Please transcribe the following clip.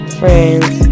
friends